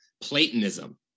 Platonism